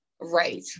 Right